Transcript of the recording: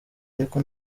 ariko